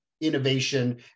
innovation